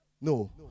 No